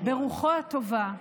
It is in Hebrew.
ברוחו הטובה,